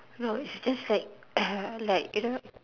no is just like like you know